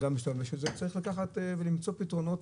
צריך למצוא פתרונות.